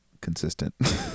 consistent